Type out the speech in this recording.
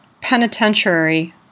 penitentiary